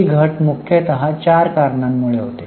हि घट मुख्यतः चार कारणांमुळे होते